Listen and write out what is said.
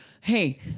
Hey